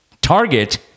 Target